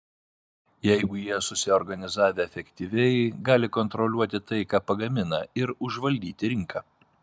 jeigu jie susiorganizavę efektyviai gali kontroliuoti tai ką pagamina ir užvaldyti rinką